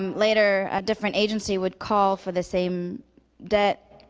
um later, a different agency would call for the same debt,